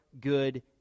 good